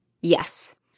Yes